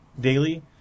daily